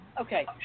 Okay